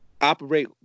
operate